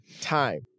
time